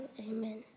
Amen